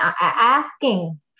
asking